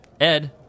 Ed